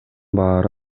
баары